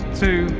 two,